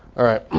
all right,